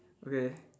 okay